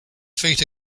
feet